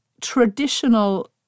traditional